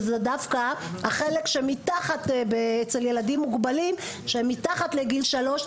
זה דווקא החלק אצל ילדים מוגבלים שהם מתחת לגיל שלוש,